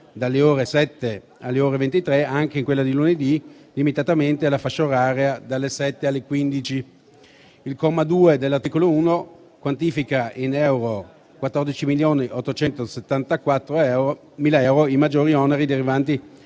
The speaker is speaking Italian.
dalle ore 7 alle ore 23, anche in quella di lunedì, limitatamente alla fascia oraria dalle ore 7 alle ore 15. Il comma 2, dell'articolo 1, quantifica in euro 14.874.000 euro i maggiori oneri derivanti